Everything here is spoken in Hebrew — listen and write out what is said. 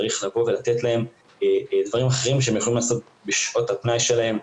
צריך לתת להם דברים אחרים שהם יכולים לעשות בשעות הפנאי שלהם,